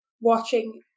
watching